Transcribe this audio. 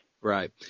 Right